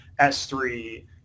S3